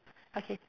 okay